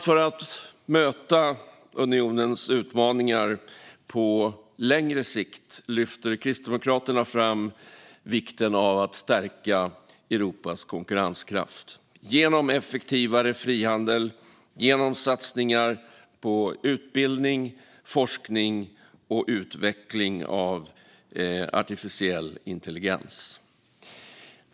För att möta unionens utmaningar på längre sikt lyfter Kristdemokraterna fram vikten av att stärka Europas konkurrenskraft genom effektivare frihandel och genom satsningar på utbildning, forskning och utveckling av artificiell intelligens.